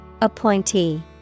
Appointee